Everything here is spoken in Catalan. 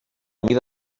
mida